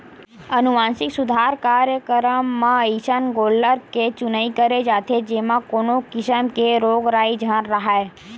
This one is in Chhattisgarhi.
अनुवांसिक सुधार कार्यकरम म अइसन गोल्लर के चुनई करे जाथे जेमा कोनो किसम के रोग राई झन राहय